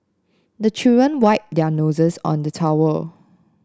the children wipe their noses on the towel